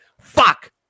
Fuck